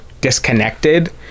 disconnected